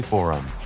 Forum